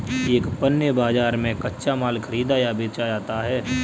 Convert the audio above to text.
एक पण्य बाजार में कच्चा माल खरीदा या बेचा जाता है